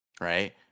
right